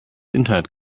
internet